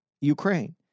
Ukraine